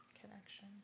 connection